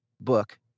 book